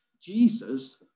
jesus